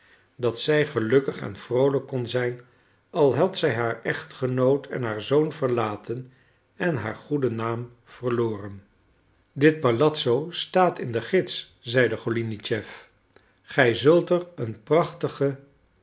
dat zij gelukkig en vroolijk kon zijn al had zij haar echtgenoot en haar zoon verlaten en haar goeden naam verloren dit palazzo staat in den gids zeide golinitschef gij zult er een prachtigen